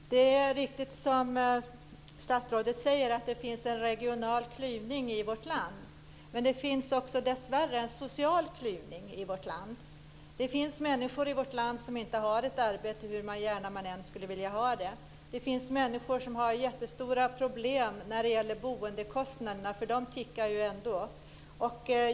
Fru talman! Det är riktigt som statsrådet säger att det finns en regional klyvning i vårt land, men det finns också dessvärre en social klyvning i vårt land. Det finns människor i vårt land som inte har ett arbete, hur gärna man än skulle vilja ha det. Det finns människor som har jättestora problem när det gäller boendekostnaderna, för de tickar ju på ändå.